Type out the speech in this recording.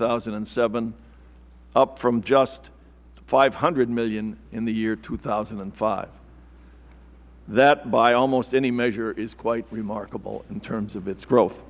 thousand and seven up from just five hundred dollars million in the year two thousand and five that by almost any measure is quite remarkable in terms of its growth